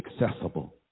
accessible